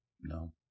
No